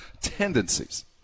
tendencies